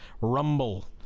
Rumble